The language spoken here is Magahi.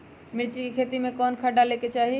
मिर्च की खेती में कौन सा खाद डालें?